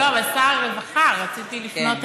אבל שר הרווחה, רציתי לפנות אליו.